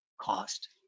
cost